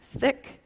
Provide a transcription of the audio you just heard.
Thick